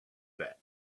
that